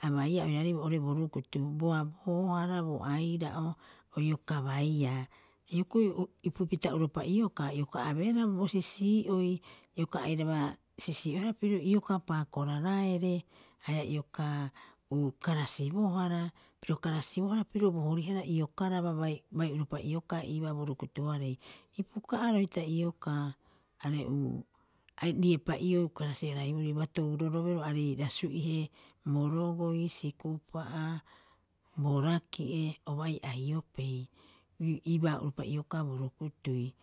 A baiaa oiraarei oo'ore bo rukutu bo aboohara, bo aira'o, o ioka baiaa. Hioko'i o ipupita'uropa iokaa, ioka abeehara bo sisii'oi, ioka airaba sisii'oehara pirio iokaa paakora raere. Haia ioka karasibohara, piro karasibohara pirio bo horihara iokaraba bai- bai'uropa iokaa iibaa bo rukutuarei. Ipuka'aro hita iokaa are riepa'iou karasi- haraiborii batou rorobero aarei rasu'ihe. Bo rogoi, sikupa'a bo raki'e o bai aiopei, iibaa uropa iokaa bo rukutui